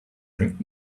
drink